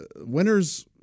winners